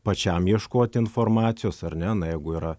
pačiam ieškot informacijos ar ne na jeigu yra